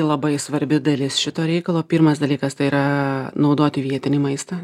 labai svarbi dalis šito reikalo pirmas dalykas tai yra naudoti vietinį maistą